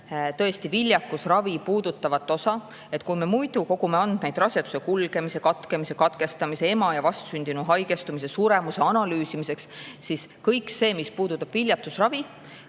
viljakusravi puudutavat osa. Kui me muidu kogume andmeid raseduse kulgemise, katkemise, katkestamise, ema ja vastsündinu haigestumise, suremuse analüüsimiseks, siis kõik see, mis puudutab viljatusravi